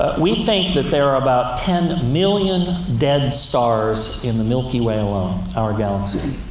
ah we think that there about ten million dead stars in the milky way alone, our galaxy.